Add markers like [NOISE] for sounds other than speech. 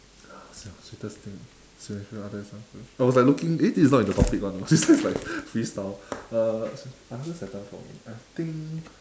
sweetest thing sweetest other thing I was like looking eh this is not in the topic [one] [LAUGHS] it's just like freestyle uh excuse me I think